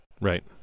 Right